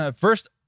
first